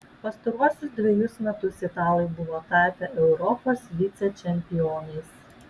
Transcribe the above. pastaruosius dvejus metus italai buvo tapę europos vicečempionais